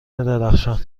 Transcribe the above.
درخشان